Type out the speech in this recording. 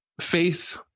faith